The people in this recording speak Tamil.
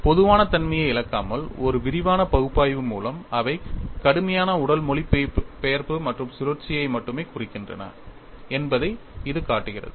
பொதுவான தன்மையை இழக்காமல் ஒரு விரிவான பகுப்பாய்வு மூலம் அவை கடுமையான உடல் மொழிபெயர்ப்பு மற்றும் சுழற்சியை மட்டுமே குறிக்கின்றன என்பதை இது காட்டுகிறது